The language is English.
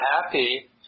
happy